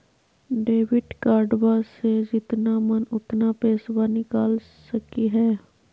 Debit कार्डबा से जितना मन उतना पेसबा निकाल सकी हय?